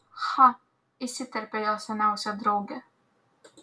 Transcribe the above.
cha įsiterpė jos seniausia draugė